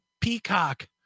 Peacock